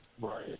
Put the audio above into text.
Right